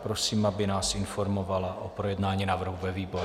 Prosím, aby nás informovala o projednání návrhu ve výboru.